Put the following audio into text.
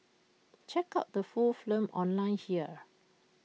check out the full film online here